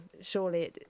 surely